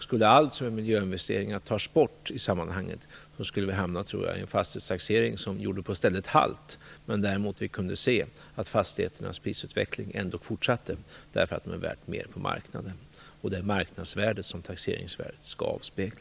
Skulle allt som är miljöinvesteringar tas bort i sammanhanget skulle vi hamna i en fastighetstaxering som i stället gjorde halt. Ändå kunde vi se att fastigheternas prisutveckling fortsatte, därför att de då blir mer värda på marknaden, och det är marknadsvärdet som taxeringen skall avspegla.